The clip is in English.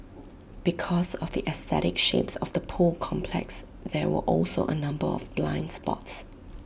because of the aesthetic shapes of the pool complex there were also A number of blind spots